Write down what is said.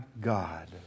God